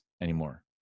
anymore